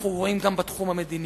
אנחנו רואים גם בתחום המדיני.